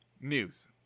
News